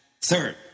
Third